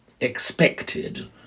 expected